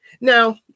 Now